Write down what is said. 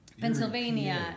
Pennsylvania